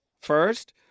First